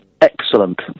Excellent